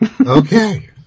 Okay